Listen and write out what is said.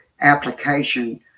application